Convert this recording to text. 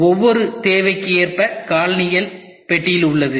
ஒவ்வொரு தேவைக்கு ஏற்ப காலணிகள் பெட்டியில் உள்ளது